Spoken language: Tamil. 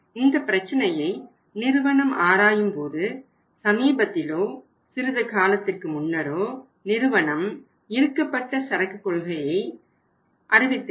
இந்தப்பிரச்சினையை நிறுவனம் ஆராயும்போது சமீபத்திலோ சிறிது காலத்திற்கு முன்னரோ நிறுவனம் இறுக்கப்பட்ட சரக்கு கொள்கையை நிறுவனம் அறிவித்திருந்தது